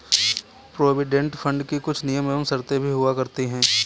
provident fund की कुछ नियम एवं शर्तें भी हुआ करती हैं